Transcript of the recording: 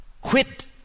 quit